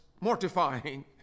mortifying